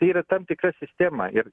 tai yra tam tikra sistema ir